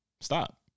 Stop